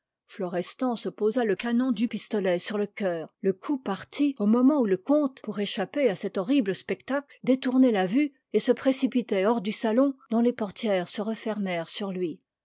florestan se posa le canon du pistolet sur le coeur le coup partit au moment où le comte pour échapper à cet horrible spectacle détournait la vue et se précipitait hors du salon dont les portières se refermèrent sur lui